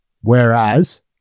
whereas